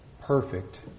Perfect